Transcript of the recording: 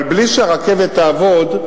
אבל בלי שהרכבת תעבוד,